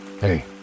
Hey